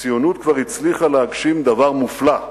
הציונות כבר הצליחה להגשים דבר מופלא,